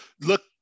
Look